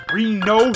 Reno